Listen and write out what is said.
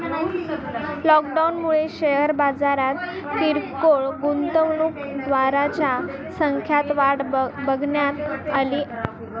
लॉकडाऊनमुळे शेअर बाजारात किरकोळ गुंतवणूकदारांच्या संख्यात वाढ बघण्यात अली